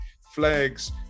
flags